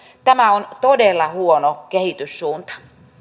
tämä on todella huono kehityssuunta